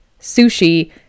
sushi